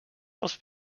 pels